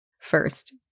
first